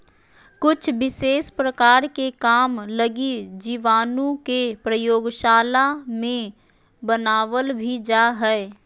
कुछ विशेष प्रकार के काम लगी जीवाणु के प्रयोगशाला मे बनावल भी जा हय